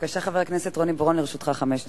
בבקשה, חבר הכנסת רוני בר-און, לרשותך חמש דקות.